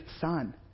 son